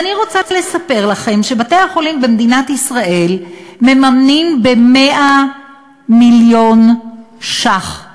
ואני רוצה לספר לכם שבתי-החולים במדינת ישראל מממנים ב-100 מיליון שקלים